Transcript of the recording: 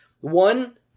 One